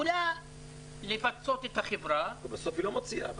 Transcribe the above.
יכולה לפצות את החברה --- בסוף היא לא מוציאה אבל.